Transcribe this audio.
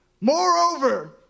Moreover